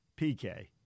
PK